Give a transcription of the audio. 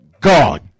God